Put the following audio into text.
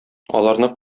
аларны